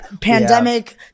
pandemic